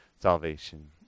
salvation